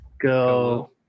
go